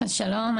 אז שלום,